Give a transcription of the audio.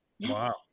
Wow